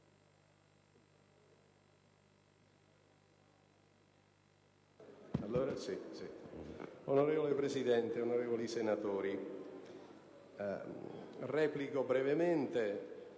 Onorevole Presidente, onorevoli senatori, replico brevemente